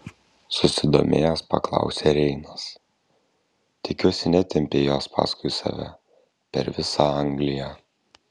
susidomėjęs paklausė reinas tikiuosi netempei jos paskui save per visą angliją